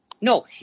no